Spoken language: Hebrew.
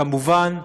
כמובן,